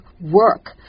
work